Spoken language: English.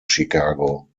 chicago